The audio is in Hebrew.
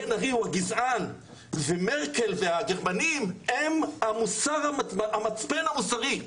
בן ארי הוא הגזען ומרקל והגרמנים הם המצפן המוסרי,